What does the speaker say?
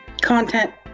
Content